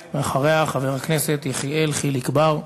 אחריה, חבר הכנסת יחיאל חיליק בר.